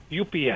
UPS